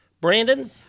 Brandon